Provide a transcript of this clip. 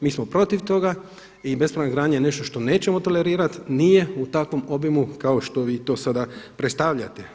Mi smo protiv toga i bespravna gradnja je nešto što nećemo tolerirati, nije u takvom obimu kao što vi to sada predstavljate.